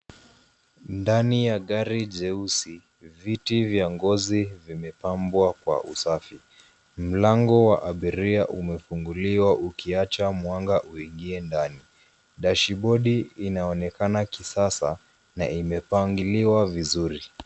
Ndani ya gari jeusi, viti vya ngozi vimepambwa kwa usafi. Mlango wa abiria umefunguliwa ukiacha mwanga uingie ndani. Dashibodi inaonekana kisasa na imepangiliwa vizuri.